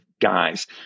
guys